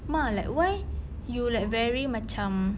ma like why you like very macam